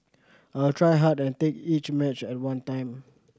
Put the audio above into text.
I'll try hard and take each match at one time